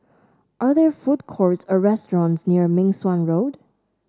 are there food courts or restaurants near Meng Suan Road